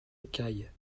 écailles